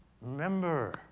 Remember